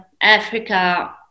Africa